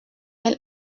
elle